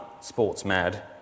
sports-mad